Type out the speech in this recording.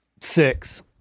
Six